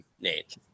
Nate